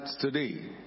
today